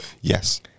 Yes